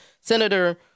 senator